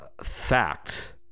fact